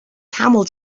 camel